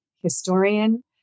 historian